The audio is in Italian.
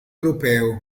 europeo